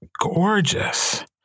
gorgeous